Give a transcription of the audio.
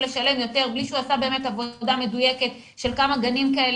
לשלם יותר בלי שהוא עשה באמת עבודה מדויקת של כמה גנים כאלה